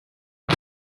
the